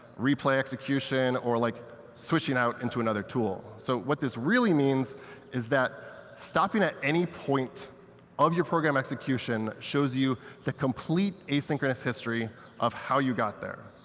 replay execution, or like switching out into another tool. so what this really means is that stopping at any point of your program execution shows you the complete asynchronous history of how you got there.